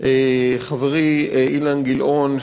חברי אילן גילאון,